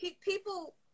People